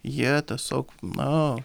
jie tiesiog na